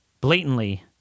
Blatantly